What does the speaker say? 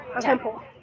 Temple